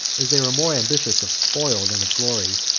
as they were more ambitious of spoil than of glory,